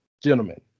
Gentlemen